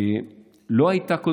לא הייתה,